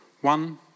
one